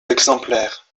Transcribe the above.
exemplaires